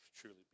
truly